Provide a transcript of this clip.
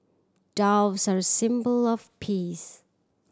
doves are a symbol of peace